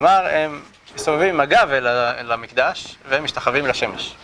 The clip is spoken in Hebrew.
כלומר, הם מסתובבים עם הגב אל המקדש והם משתחווים אל שמש.